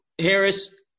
Harris